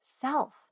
self